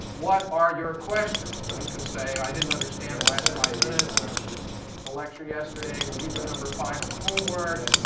what are your questions? and you can say, i didn't understand the last five minutes of the lecture yesterday. would you do number five on the homework?